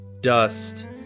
dust